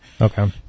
okay